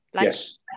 yes